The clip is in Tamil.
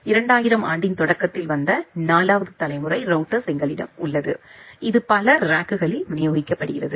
2000 ஆம் ஆண்டின் தொடக்கத்தில் வந்த 4 வது தலைமுறை ரௌட்டர்ஸ் எங்களிடம் உள்ளது இது பல ரேக்குகளில் விநியோகிக்கப்படுகிறது